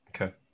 Okay